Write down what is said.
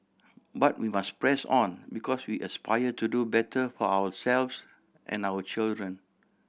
but we must press on because we aspire to do better for ourselves and our children